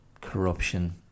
corruption